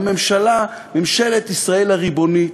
והממשלה, ממשלת ישראל הריבונית,